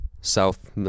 south